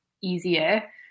easier